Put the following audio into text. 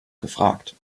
gefragt